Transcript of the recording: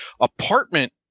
apartment